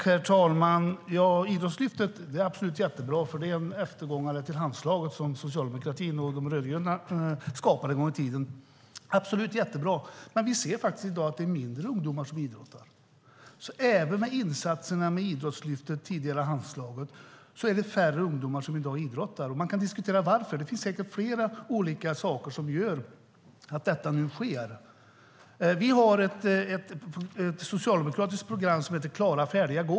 Herr talman! Idrottslyftet är jättebra. Det är en efterföljare till Handslaget som socialdemokratin och de rödgröna skapade en gång i tiden. Men vi ser faktiskt att det är färre ungdomar som idrottar i dag. Även med insatser som Idrottslyftet, och tidigare Handslaget, är det färre ungdomar som idrottar i dag. Man kan diskutera varför. Det finns säkert flera olika orsaker. Vi har ett socialdemokratiskt program som heter Klara, färdiga, gå.